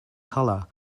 color